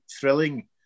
thrilling